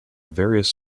various